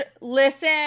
listen